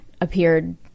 appeared